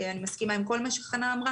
אני מסכימה עם כל מה שחנה אמרה